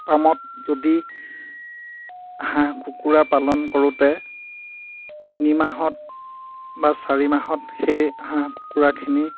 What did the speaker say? পামত যদি হাঁহ কুকুৰা পালন কৰোঁতে তিনি মাহত বা চাৰি মাহত সেই হাঁহ কুকুৰাখিনি